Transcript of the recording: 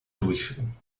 durchführen